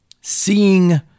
seeing